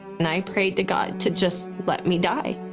and i prayed to god to just let me die.